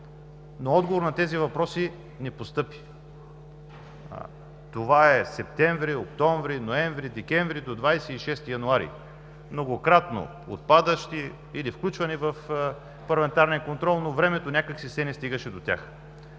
но отговор на тези въпроси не постъпи. Това са септември, октомври, ноември, декември, до 26 януари – многократно отпадащи или включвани в парламентарния контрол, но времето все някак си не стигаше до тях.